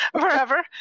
forever